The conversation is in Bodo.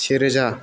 सेरोजा